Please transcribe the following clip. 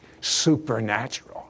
supernatural